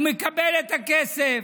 הוא מקבל את הכסף,